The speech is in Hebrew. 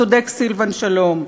צודק סילבן שלום.